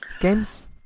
games